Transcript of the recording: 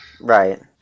Right